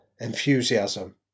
enthusiasm